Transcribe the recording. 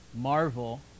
Marvel